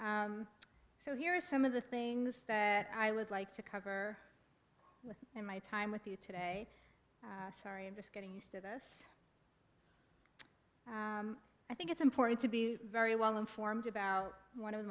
so here are some of the things that i would like to cover with in my time with you today sorry i'm just getting used to this i think it's important to be very well informed about one of the